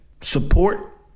support